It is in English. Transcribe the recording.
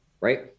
right